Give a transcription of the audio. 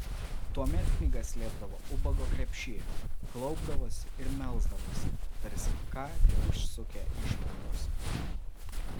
tuomet knygas slėpdavo ubago krepšy klaupdavosi ir melsdavosi tarsi ką tik užsukę išmaldos